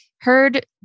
heard